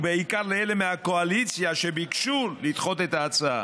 ובעיקר לאלה מהקואליציה שביקשו לדחות את ההצעה,